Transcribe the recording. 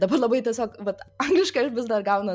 dabar labai tiesiog vat angliškai aš vis dar gaunu